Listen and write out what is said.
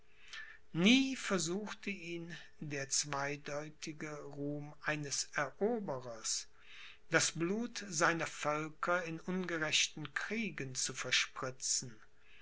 nie versuchte ihn der zweideutige ruhm eines eroberers das blut seiner völker in ungerechten kriegen zu verspritzen